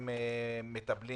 הם מטפלים